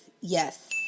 Yes